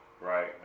Right